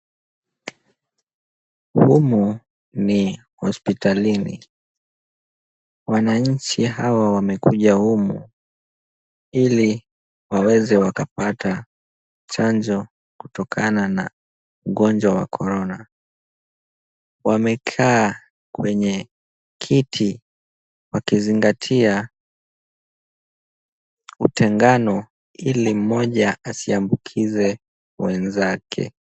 Humu ni hospitalini. Wananchi hawa wamekuja humu, ili waweze wakapata chanjo kutokana na ugonjwa wa korona. Wamekaa kwenye kiti wakizingatia utengano ili mmoja asiambukize mwenzake.